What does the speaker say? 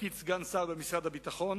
בתפקיד סגן שר במשרד הביטחון,